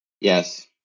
Yes